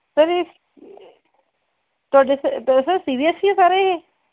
sir ਇਹ ਤੁਹਾਡੇ sir sir C B S C ਹੈ ਸਰ ਇਹ